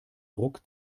druck